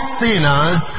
sinners